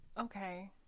Okay